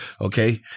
Okay